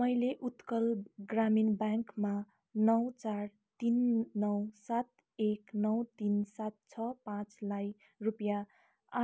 मैले उत्कल ग्रामीण ब्याङ्कमा नौ चार तिन नौ सात एक नौ तिन सात छ पाँचलाई रुपियाँ